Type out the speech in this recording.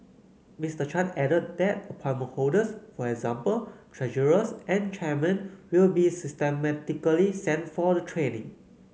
Mister Chan added that appointment holders for example treasurers and chairmen will be systematically sent for the training